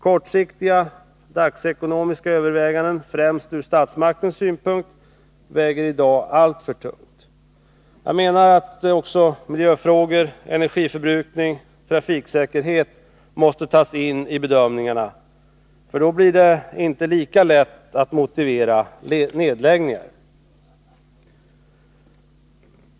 Kortsiktiga dagsekonomiska överväganden, främst ur statsmaktens synpunkt, väger i dag alltför tungt. Jag menar att också miljöfrågor, energiförbrukning och trafiksäkerhet måste tas in i bedömningarna. Då blir det inte lika lätt att motivera nedläggningar.